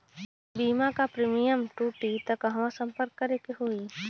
बीमा क प्रीमियम टूटी त कहवा सम्पर्क करें के होई?